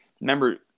Remember